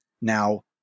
Now